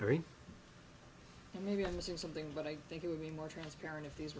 and maybe i'm missing something but i think it would be more transparent if these